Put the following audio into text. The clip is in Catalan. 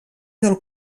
del